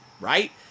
right